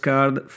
Card